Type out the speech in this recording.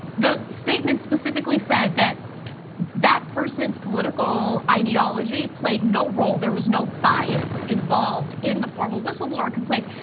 the statement specifically said that that person's political ideology played no role. there was no bias involved in the formal whistleblower complaint,